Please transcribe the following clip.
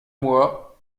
moi